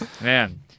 Man